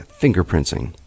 fingerprinting